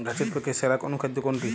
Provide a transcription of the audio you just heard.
গাছের পক্ষে সেরা অনুখাদ্য কোনটি?